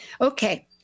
Okay